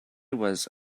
was